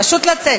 פשוט לצאת.